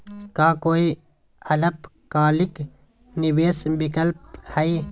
का काई अल्पकालिक निवेस विकल्प हई?